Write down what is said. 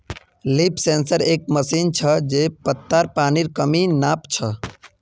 leaf sensor एक machine छ जे पत्तात पानीर कमी नाप छ